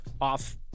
off